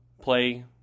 play